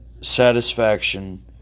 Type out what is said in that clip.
satisfaction